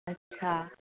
अच्छा